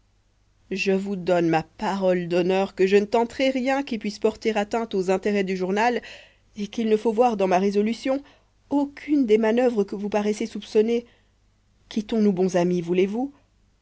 je vous donne ma parole d'honneur que je ne tenterai rien qui puisse porter atteinte aux intérêts du journal et qu'il ne faut voir dans ma résolution aucune des manoeuvres que vous paraissez soupçonner quittons-nous bons amis voulez-vous